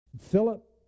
Philip